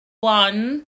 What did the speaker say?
one